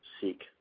seek